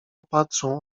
patrzą